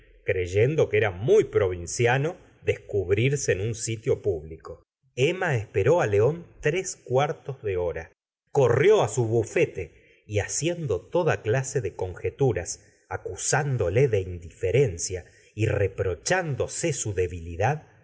creyendo que era muy provinciano descubrirse en un sitio público emma esperó á león tres cuartos de hora corrió á su bufete y haciendo toda clase de conjeturas acusándole de indiferencia y reprochándose su debilidad